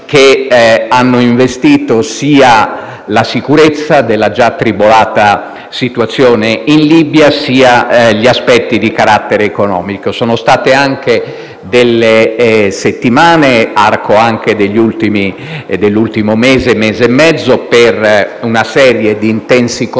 che hanno investito sia la sicurezza della già tribolata situazione in Libia, sia gli aspetti di carattere economico. Sono state anche settimane - parlo dell'ultimo mese e mezzo - caratterizzate da una serie di intensi contatti